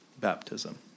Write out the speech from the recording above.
baptism